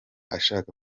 ashaka